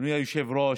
אדוני היושב-ראש,